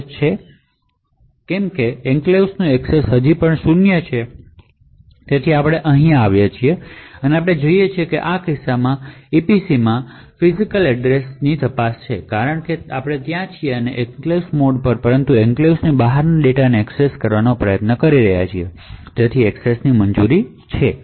કેમ કે એન્ક્લેવ્સ ની એક્સેસ હજી શૂન્ય છે આપણે અહીં આવીએ છીએ અને આપણે જોઈએ છીએ કે આ કિસ્સામાં EPCમાં ફિજિકલસરનામાંની તપાસ છે કારણ કે આપણે એન્ક્લેવ્સ મોડ પરંતુ એન્ક્લેવ્સ ની બહારના ડેટાને એક્સેસ કરવાનો પ્રયાસ કરી રહ્યાં છે અને એક્સેસની મંજૂરી છે